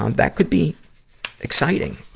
um that could be exciting.